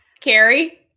carrie